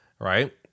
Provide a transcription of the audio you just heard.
right